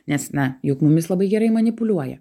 nes na juk mumis labai gerai manipuliuoja